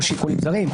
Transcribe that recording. או שיקולים זרים,